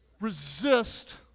resist